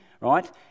right